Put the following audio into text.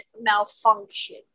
malfunction